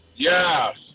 Yes